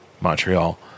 Montreal